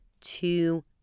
two